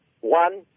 one